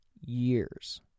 years